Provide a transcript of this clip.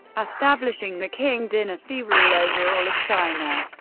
establishing the qing dynasty rule over all of china.